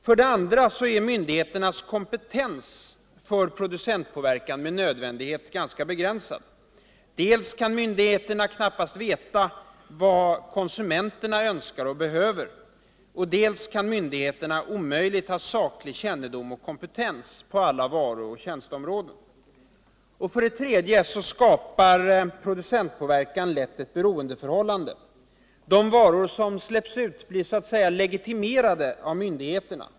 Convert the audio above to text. För det andra är myndigheternas kompetens för producentpåverkan med nödvändighet ganska begränsad. Dels kan myndigheterna knappast veta vad konsumenterna önskar och behöver, dels kan myndigheterna omöjligt ha saklig kännedom och kompetens på alla varu och tjänsteområden. För det tredje skapar producentpäverkan lätt ett beroendeförhållande: de varor som släpps ut blir så att säga legitimerade av myndigheterna.